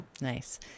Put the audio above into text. Nice